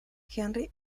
henry